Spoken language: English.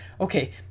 okay